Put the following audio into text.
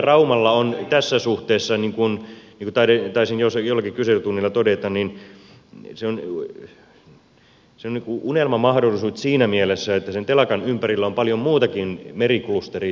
raumalla on tässä suhteessa niin kuin taisin jollakin kyselytunnilla todeta unelmamahdollisuudet siinä mielessä että sen telakan ympärillä on paljon muutakin meriklusteriin liittyvää osaamista